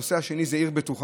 הנושא השני זה עיר בטוחה,